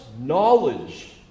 knowledge